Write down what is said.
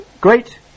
great